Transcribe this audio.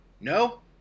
No